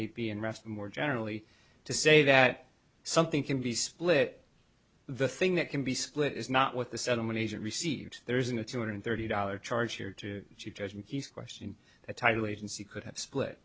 and rest more generally to say that something can be split the thing that can be split is not what the settlement agent receives there isn't a two hundred thirty dollars charge here to judge and he's questioned a title agency could have split